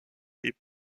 est